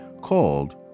called